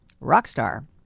Rockstar